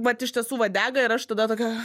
vat iš tiesų vat dega ir aš tada tokia